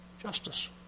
justice